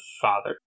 father